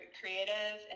creative